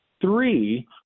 three